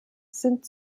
sind